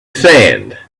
sand